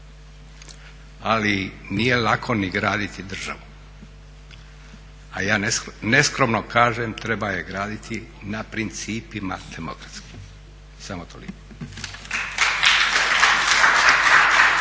ali nije lako ni graditi državu, a ja neskromno kažem treba je graditi na principima demokratskim. Samo toliko.